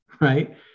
right